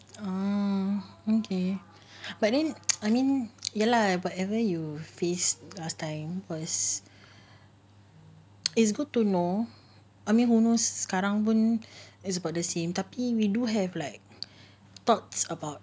ah okay but then I mean ya lah whatever you face last time was it's good to know I mean who knows sekarang pun is about the same tapi we do have like thoughts about